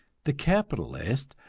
the capitalist,